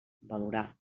valorar